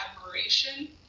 admiration